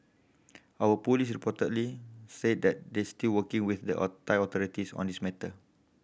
our police reportedly say that they still working with the Thai authorities on this matter